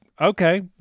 okay